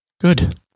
good